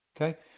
Okay